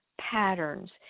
patterns